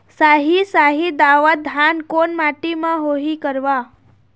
साही शाही दावत धान कोन माटी म होही गरवा?